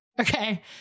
Okay